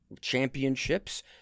championships